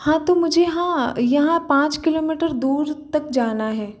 हाँ तो मुझे हाँ पाँच किलोमीटर दूर तक जाना है